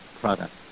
product